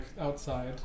outside